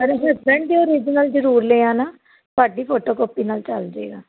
ਤੁਹਾਡੇ ਹਸਬੈਂਡ ਦੇ ਓਰਿਜਨਲ ਜ਼ਰੂਰ ਲੈ ਆਉਣਾ ਤੁਹਾਡੀ ਫੋਟੋ ਕਾਪੀ ਨਾਲ ਚਲ ਜਾਵੇਗਾ